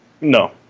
No